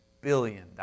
billion